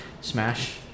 smash